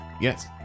Yes